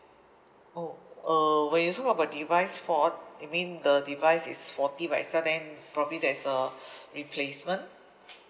oh uh when you talk about device fault you mean the device is faulty by itself then probably there's a replacement